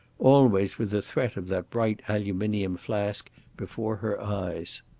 always with the threat of that bright aluminium flask before her eyes.